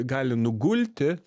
gali nugulti